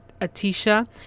Atisha